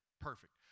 Perfect